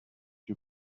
you